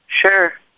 Sure